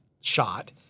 shot